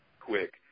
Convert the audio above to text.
quick